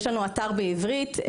יש לנו אתר בעברית,